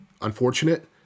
unfortunate